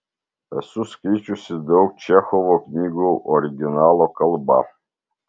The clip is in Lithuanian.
esu skaičiusi daug čechovo knygų originalo kalba